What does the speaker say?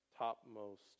topmost